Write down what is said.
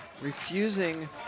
Refusing